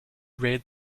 read